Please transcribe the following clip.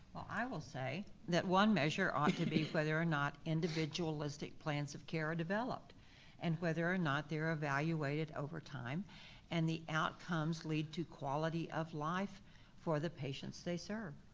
i will say that one measure ought to be whether or not individualistic plans of care are developed and whether or not they're evaluated over time and the outcomes lead to quality of life for the patients they serve.